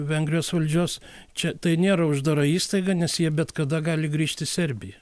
vengrijos valdžios čia tai nėra uždara įstaiga nes jie bet kada gali grįžt į serbiją